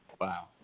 wow